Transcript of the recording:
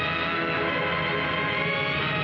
and